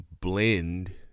Blend